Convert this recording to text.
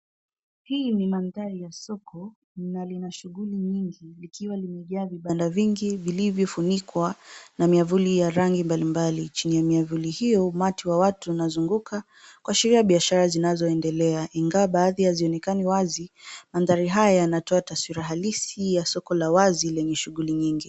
Hii ni mandhari ya soko na lina shughuli nyingi likiwa limejaa vibanda vingi vilivyofunikwa na miavuli ya rangi mbali mbali. Chini ya miavuli hiyo umati wa watu unazunguka kuashiria biashara zinazoendelea ingawa baadhi hazionekani wazi, mandhari haya yanatoa taswira halisi ya soko la wazi lenye shughuli nyingi.